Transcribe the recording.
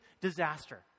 disaster